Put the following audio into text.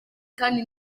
kandi